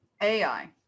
AI